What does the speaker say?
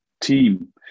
team